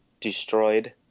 destroyed